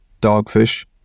dogfish